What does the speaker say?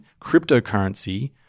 cryptocurrency